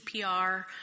CPR